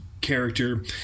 Character